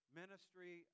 ministry